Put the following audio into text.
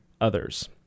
others